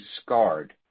scarred